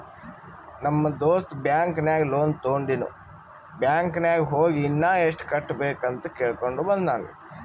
ನಮ್ ದೋಸ್ತ ಬ್ಯಾಂಕ್ ನಾಗ್ ಲೋನ್ ತೊಂಡಿನು ಬ್ಯಾಂಕ್ ನಾಗ್ ಹೋಗಿ ಇನ್ನಾ ಎಸ್ಟ್ ಕಟ್ಟಬೇಕ್ ಅಂತ್ ಕೇಳ್ಕೊಂಡ ಬಂದಾನ್